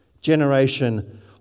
Generation